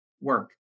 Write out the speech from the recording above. work